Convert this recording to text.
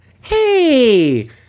Hey